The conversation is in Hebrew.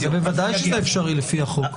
בוודאי שזה אפשרי לפי החוק.